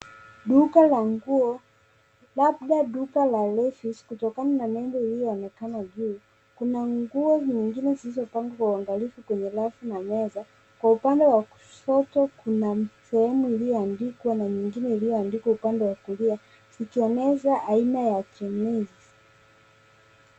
Duka la nguo, labda duka la "levis" kutokana na nembo iliyoonekana juu. Kuna nguo nyingine zilizopangwa kwa uangalifu kwenye rafu na meza. Kwa upande wa kushoto kuna sehemu iliyoandikwa na nyingine iliyoandikwa upande wa kulia, zikionyesha aina ya jeans .